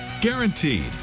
Guaranteed